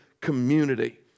community